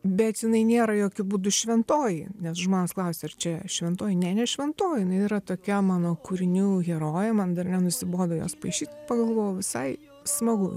bet jinai nėra jokiu būdu šventoji nes žmonės klausia ar čia šventoji ne ne šventoji jinai yra tokia mano kūrinių herojė man dar nenusibodo jos paišyt pagalvojau visai smagu